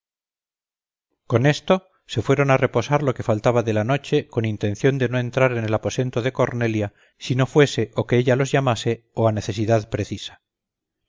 con esto se fueron a reposar lo que faltaba de la noche con intención de no entrar en el aposento de cornelia si no fuese o que ella los llamase o a necesidad precisa